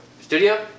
Studio